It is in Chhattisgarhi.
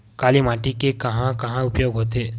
काली माटी के कहां कहा उपयोग होथे?